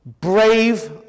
brave